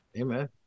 Amen